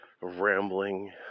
rambling